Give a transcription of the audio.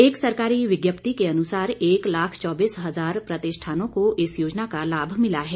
एक सरकारी विज्ञप्ति के अनुसार एक लाख चौबीस हजार प्रतिष्ठानों को इस योजना का लाभ मिला है